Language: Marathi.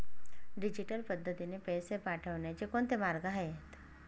डिजिटल पद्धतीने पैसे पाठवण्याचे कोणते मार्ग आहेत?